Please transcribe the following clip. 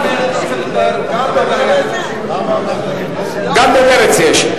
גם במרצ יש.